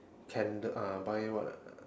candle uh buy what ah